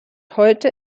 heute